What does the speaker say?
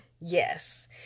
Yes